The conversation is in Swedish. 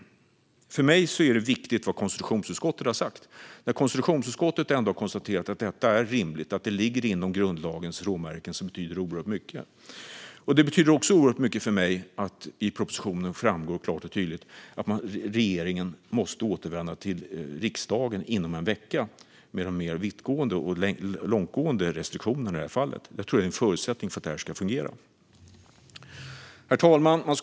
För mig är det viktigt vad konstitutionsutskottet har sagt. Konstitutionsutskottet har ändå konstaterat att detta är rimligt och ligger inom grundlagens råmärken, och det betyder oerhört mycket. Det betyder också mycket för mig att det i propositionen klart och tydligt framgår att regeringen måste återvända till riksdagen inom en vecka när det gäller mer långtgående restriktioner. Jag tror att det är en förutsättning för att det här ska fungera. Herr talman!